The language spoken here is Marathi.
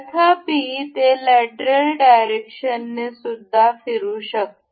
तथापि ते लेटरल डायरेक्शनने सुद्धा फिरू शकते